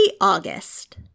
August